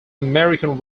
american